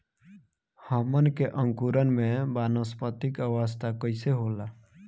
हमन के अंकुरण में वानस्पतिक अवस्था कइसे होला?